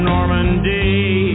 Normandy